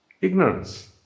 ignorance